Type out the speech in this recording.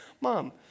mom